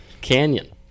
canyon